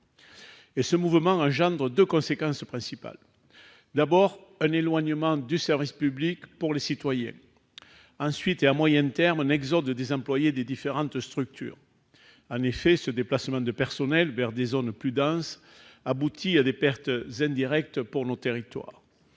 Ce mouvement engendre deux conséquences principales. D'abord, un éloignement du service public pour les citoyens. Ensuite, à moyen terme, un exode des employés des différentes structures. Ce déplacement de personnels vers des zones plus denses aboutit à des pertes indirectes pour nos territoires.